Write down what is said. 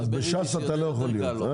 אז בש"ס אתה לא יכול להיות?